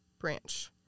branch